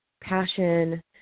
passion